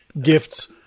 gifts